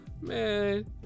Man